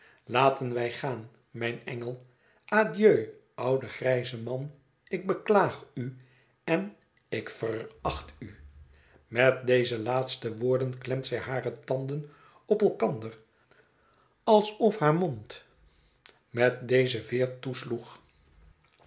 laten wij gaan mijn engel adieu oude grijze man ik beklaag u en ik ver r acht u met deze laatste woorden klemt zij hare tanden op elkander alsof haar mond met eene